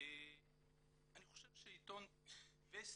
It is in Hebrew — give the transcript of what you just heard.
אני חושב שעיתון וסטי,